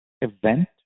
event